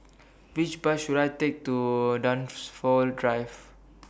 Which Bus should I Take to Dunsfold Drive